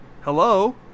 Hello